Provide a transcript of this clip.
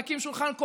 מנקים שולחן,